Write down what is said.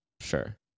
sure